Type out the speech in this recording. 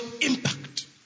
impact